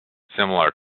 similar